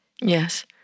Yes